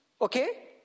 okay